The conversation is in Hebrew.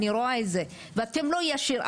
אני רואה את זה ואתם לא באופן ישיר,